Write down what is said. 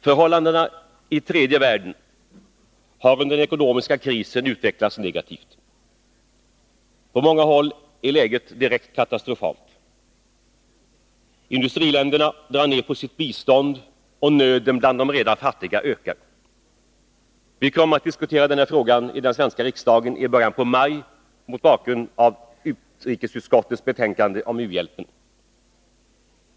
Förhållandena i tredje världen har under den ekonomiska krisen utvecklats negativt. På många håll är läget direkt katastrofalt. Industriländerna drar ned på sitt bistånd, och nöden bland de redan fattiga ökar. Vi kommer att diskutera den här frågan i den svenska riksdagen i början på maj mot bakgrund av utrikesutskottets betänkande om u-hjälpen.